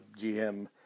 GM